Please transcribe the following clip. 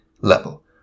level